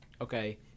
Okay